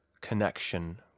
connection